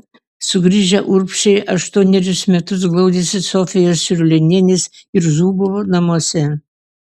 sugrįžę urbšiai aštuonerius metus glaudėsi sofijos čiurlionienės ir zubovų namuose